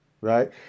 right